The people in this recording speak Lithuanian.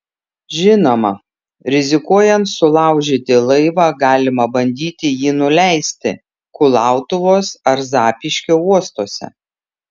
žinoma rizikuojant sulaužyti laivą galima bandyti jį nuleisti kulautuvos ar zapyškio uostuose